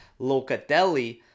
Locatelli